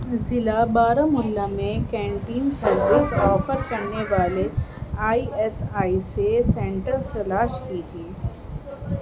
ضلع بارامولہ میں canteen service offer کرنے والے آئی ایس آئی سے سینٹرز تلاش کیجیے